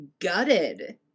gutted